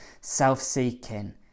self-seeking